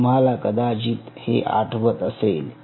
तुम्हाला कदाचित हे आठवत असेल